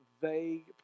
vague